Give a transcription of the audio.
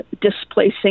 displacing